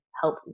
help